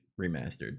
remastered